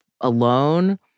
alone